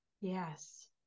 Yes